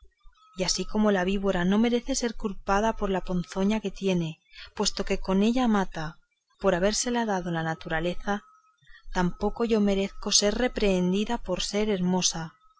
y así como la víbora no merece ser culpada por la ponzoña que tiene puesto que con ella mata por habérsela dado naturaleza tampoco yo merezco ser reprehendida por